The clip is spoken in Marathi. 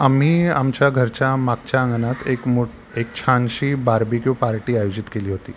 आम्ही आमच्या घरच्या मागच्या अंगणात एक मो एक छानशी बार्बेक्यू पार्टी आयोजित केली होती